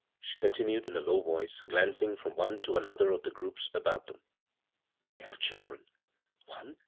she continued in a low voice, glancing from one to another of the groups about them they have childrena one,